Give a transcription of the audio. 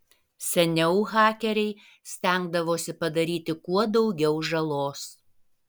seniau hakeriai stengdavosi padaryti kuo daugiau žalos